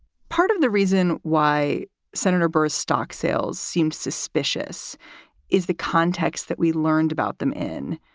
part of the reason why senator burris stock sales seem suspicious is the context that we learned about them in.